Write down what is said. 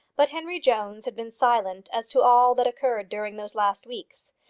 but henry jones had been silent as to all that occurred during those last weeks.